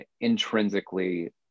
intrinsically